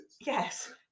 Yes